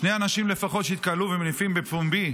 שני אנשים לפחות שהתקהלו ומניפים בפומבי